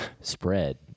spread